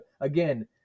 again